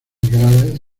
grave